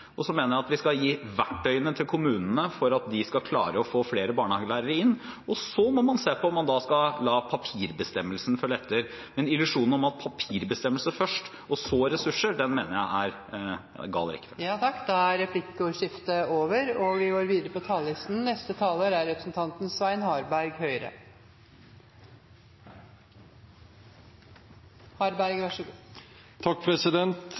mener jeg at vi skal gi verktøy til kommunene for at de skal klare å få inn flere barnehagelærere, og så må man se på om man skal la papirbestemmelsen følge etter. Men en illusjon om papirbestemmelse først og så ressurser – det mener jeg er gal rekkefølge. Replikkordskiftet er over. De talere som heretter får ordet, har en taletid på